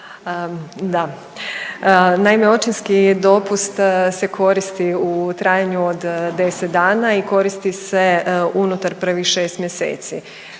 Da. Naime, očinski dopust se koristi u trajanju od 10 dana i koristi se unutar prvih 6 mjeseci.